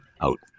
out